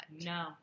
No